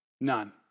None